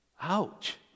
Ouch